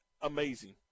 amazing